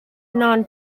non